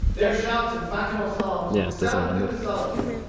their shouts and bacchanal songs resounded through the solitudes,